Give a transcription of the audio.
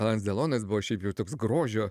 alanas delonas buvo šiaip jau toks grožio